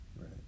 Right